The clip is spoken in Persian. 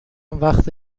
وقت